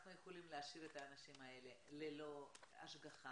יכולים להשאיר את האנשים האלה ללא השגחה?